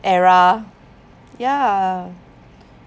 era ya